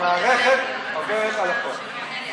המערכת עוברת על החוק.